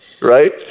right